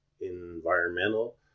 environmental